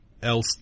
Else